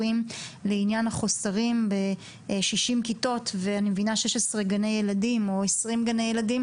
לעניין החוסרים ב-60 כיתות ואני מבינה 16 גני ילדים או 20 גני ילדים.